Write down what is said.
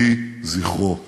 היא מבטאת